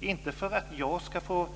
Det gör jag inte därför att jag ska få